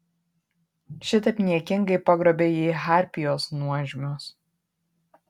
šitaip niekingai pagrobė jį harpijos nuožmios